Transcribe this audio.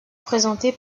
présenté